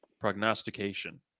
prognostication